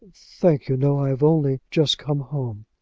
thank you, no i have only just come home.